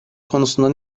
konusunda